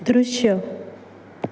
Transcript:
दृश्य